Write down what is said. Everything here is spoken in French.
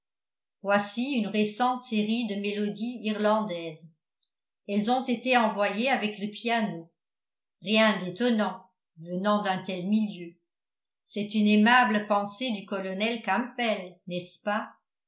voici une récente série de mélodies irlandaises elles ont été envoyées avec le piano rien d'étonnant venant d'un tel milieu c'est une aimable pensée du colonel campbell n'est-ce pas